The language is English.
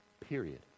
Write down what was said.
Period